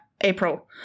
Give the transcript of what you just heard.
April